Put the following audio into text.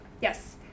Yes